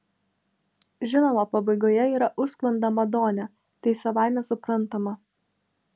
žinoma pabaigoje yra užsklanda madone tai savaime suprantama